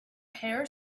hare